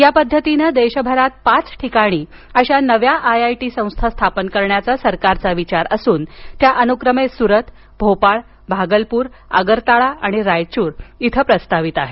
या पद्धतीनं देशभरात पाच ठिकाणी अशा नव्या आय आय टी संस्था स्थापन करण्याचा सरकारचा विचार असून त्या अनुक्रमे सुरत भोपाळ भागलपूर आगरताळा आणि रायचूर इथं प्रस्तावित आहेत